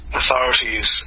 authorities